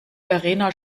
verena